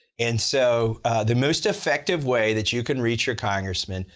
and so the most effective way that you can reach your congressmen,